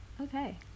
Okay